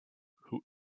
who